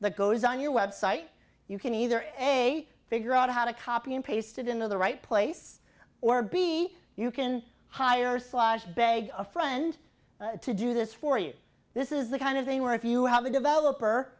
that goes on your website you can either eg figure out how to copy and paste it into the right place or b you can hire slash beg a friend to do this for you this is the kind of thing where if you have a developer